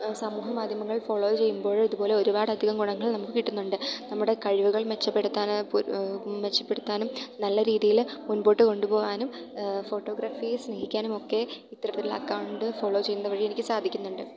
സമൂഹ മാധ്യമങ്ങൾ ഫോളോ ചെയ്യുമ്പോൾ ഇതുപോലെ ഒരുപാട് അധികം ഗുണങ്ങൾ നമുക്ക് കിട്ടുന്നുണ്ട് നമ്മുടെ കഴിവുകൾ മെച്ചപ്പെടുത്താൻ മെച്ചപ്പെടുത്താനും നല്ല രീതിയിൽ മുൻപോട്ട് കൊണ്ടുപോവാനും ഫോട്ടോഗ്രാഫിയെ സ്നേഹിക്കാനും ഒക്കെ ഇത്തരത്തിലുള്ള അക്കൗണ്ട് ഫോളോ ചെയ്യുന്നതുവഴി എനിക്ക് സാധിക്കുന്നുണ്ട്